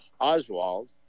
Oswald